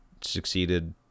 succeeded